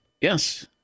yes